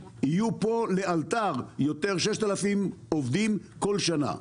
יהיו פה לאלתר 6,000 עובדים יותר כל שנה.